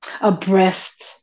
abreast